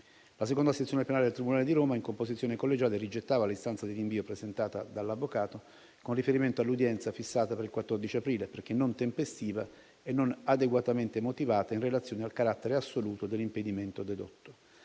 La seconda sezione penale del tribunale di Roma in composizione collegiale rigettava l'istanza di rinvio presentata dall'avvocato, con riferimento all'udienza fissata per il 14 aprile, perché non tempestiva e non adeguatamente motivata in relazione al carattere assoluto dell'impedimento dedotto.